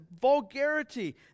Vulgarity